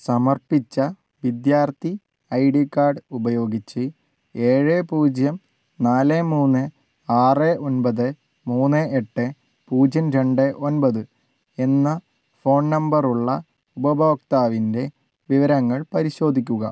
സമർപ്പിച്ച വിദ്യാർത്ഥി I D card ഉപയോഗിച്ച് ഏഴ് പൂജ്യം നാല് മൂന്ന് ആറ് ഒൻപത് മൂന്ന് എട്ട് പൂജ്യം രണ്ട് ഒൻപത് എന്ന ഫോൺ നമ്പർ ഉള്ള ഉപഭോക്താവിൻ്റെ വിവരങ്ങൾ പരിശോധിക്കുക